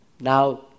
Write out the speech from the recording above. Now